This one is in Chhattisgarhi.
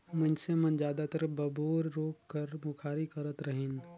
मइनसे मन जादातर बबूर रूख कर मुखारी करत रहिन